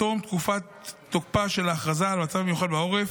תום תקופת תוקפה של ההכרזה על מצב מיוחד בעורף,